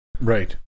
Right